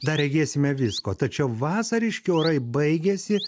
dar regėsime visko tačiau vasariški orai baigiasi